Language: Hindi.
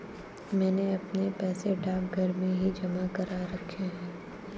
मैंने अपने पैसे डाकघर में ही जमा करा रखे हैं